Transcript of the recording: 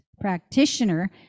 practitioner